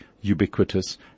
ubiquitous